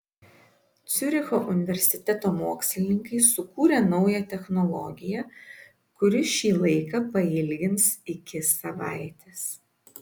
ciuricho universiteto mokslininkai sukūrė naują technologiją kuri šį laiką pailgins iki savaitės